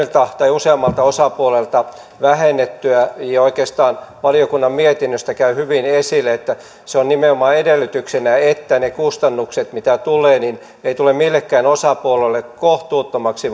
useammalta osapuolelta vähennettyä ja oikeastaan valiokunnan mietinnöstä käy hyvin esille että se on nimenomaan edellytyksenä että ne kustannukset mitä tulee eivät tule millekään osapuolelle kohtuuttomiksi